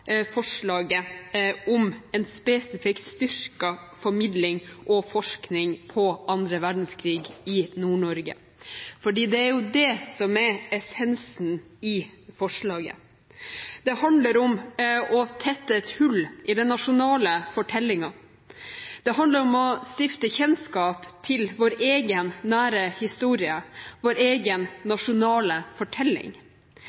forslaget om en spesifikk styrket formidling og forskning på annen verdenskrig i Nord-Norge. For det er jo det som er essensen i forslaget. Det handler om å tette et hull i den nasjonale fortellingen. Det handler om kjennskap til vår egen nære historie, vår egen nasjonale fortelling.